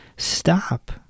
Stop